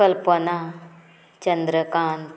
Kalpana Chandrakant